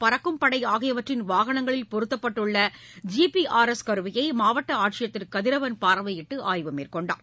பறக்கும் படைஆகியவற்றின் வாகனங்களில் பொருத்தப்பட்டுள்ள ஜிபிஆர்எஸ் கருவியைமாவட்டஆட்சியர் திருகதிரவன் பார்வையிட்டு ஆய்வு மேற்கொண்டார்